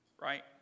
Right